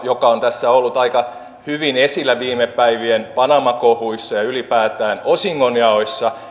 joka on tässä ollut aika hyvin esillä viime päivien panama kohuissa ja ja ylipäätään osingonjaoissa